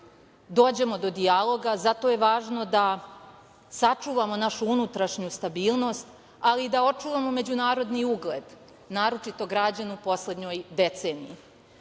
dođemo do dijaloga, zato je važno da sačuvamo našu unutrašnju stabilnost, ali da očuvamo međunarodni ugled, naročito građen u poslednjoj deceniji.U